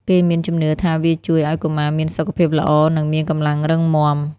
គេមានជំនឿថាវាជួយឱ្យកុមារមានសុខភាពល្អ និងមានកម្លាំងរឹងមាំ។